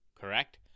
correct